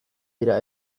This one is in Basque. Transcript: dira